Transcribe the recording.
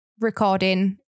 recording